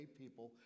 people